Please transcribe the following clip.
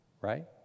right